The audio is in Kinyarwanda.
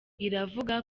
iravuga